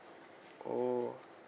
oh